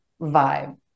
vibe